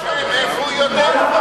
אני שואל: מאיפה הוא יודע?